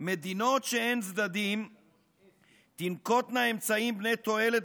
"מדינות שהן צדדים תנקוטנה אמצעים בני תועלת